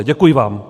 Děkuji vám.